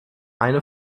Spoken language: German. eine